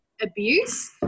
abuse